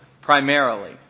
primarily